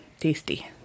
tasty